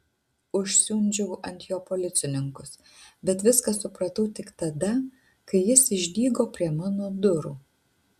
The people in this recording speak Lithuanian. užsiundžiau ant jo policininkus bet viską supratau tik tada kai jis išdygo prie mano durų